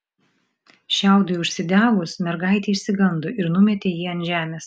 šiaudui užsidegus mergaitė išsigando ir numetė jį ant žemės